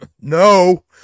No